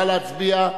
נא להצביע.